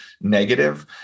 negative